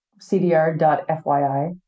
cdr.fyi